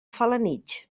felanitx